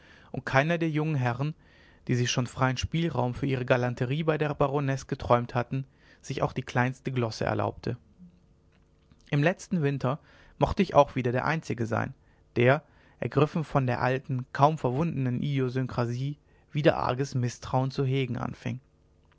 und keiner der jungen herren die sich schon freien spielraum für ihre galanterie bei der baronesse geträumt hatten sich auch die kleinste glosse erlaubte im letzten winter mochte ich auch wieder der einzige sein der ergriffen von der alten kaum verwundenen idiosynkrasie wieder arges mißtrauen zu hegen anfing